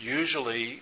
usually